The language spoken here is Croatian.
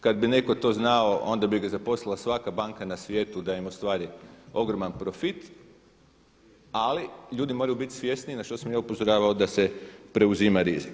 Kad bi netko to znao onda bi ga zaposlila svaka banka na svijetu da im ostvari ogroman profit ali ljudi moraju biti svjesni na što sam ja upozoravao da se preuzima rizik.